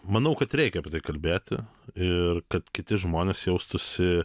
manau kad reikia apie tai kalbėti ir kad kiti žmonės jaustųsi